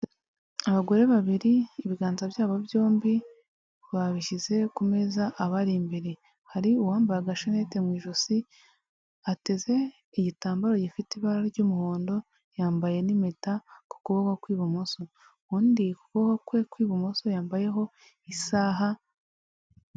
Abagore babiri ibiganza byabo byombi babishyize ku meza abari imbere. Hari uwambaye agashanete mu ijosi, ateze igitambaro gifite ibara ry'umuhondo, yambaye n'impeta ku kuboko kw'ibumoso. Undi ku kuboko kwe kw'ibumoso yambayeho isaha...